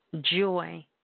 joy